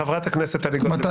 חברת הכנסת טלי גוטליב, בבקשה.